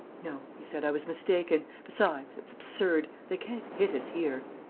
no, he said, i was mistaken. besides, it's absurd. they can't hit us here.